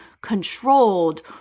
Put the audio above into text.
controlled